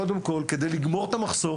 קודם כול כדי לגמור את המחסור